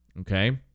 Okay